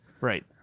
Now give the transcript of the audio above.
Right